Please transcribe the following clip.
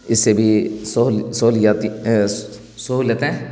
اس سے بھی سہولیاتی سہولتیں